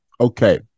Okay